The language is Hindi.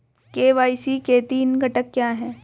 के.वाई.सी के तीन घटक क्या हैं?